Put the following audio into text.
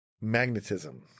magnetism